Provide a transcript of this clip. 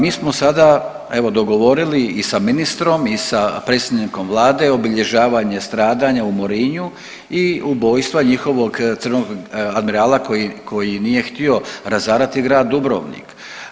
Mi smo sada evo dogovorili i sa ministrom i sa predsjednikom vlade obilježavanje stradanja u Morinju i ubojstva njihovog admirala koji nije, nije htio razarati grad Dubrovnik.